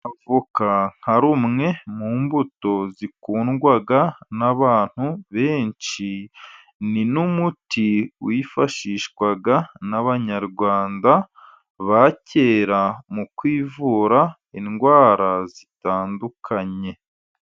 Avoka nka rumwe mu mbuto zikundwa n'abantu benshi, ni n'umuti wifashishwaga n'abanyarwanda ba kera, mu kwivura indwara zitandukanye.